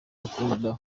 akunda